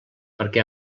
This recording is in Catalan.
perquè